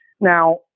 Now